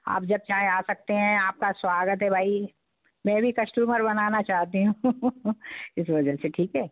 आप जब चाहे आ सकते हैं आपका स्वागत है भाई मैं भी कश्टमर बनाना चाहती हूँ इस वजह से ठीक है